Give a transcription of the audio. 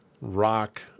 rock